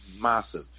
massive